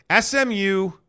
SMU